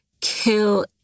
kill